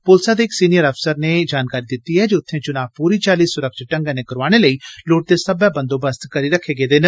पुलसै दे इक सीनियर अफसर नै जानकारी दिती ऐ जे उत्थे चुना पूरी चाली सुरक्षत ढंगै नै करोआने लई लोड़चदे सब्बै बंदोबस्त करी रखे गेदे न